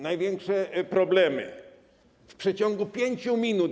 Największe problemy - w przeciągu 5 minut.